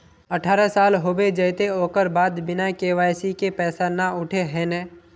अठारह साल होबे जयते ओकर बाद बिना के.वाई.सी के पैसा न उठे है नय?